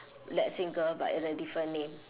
that same girl but in a different name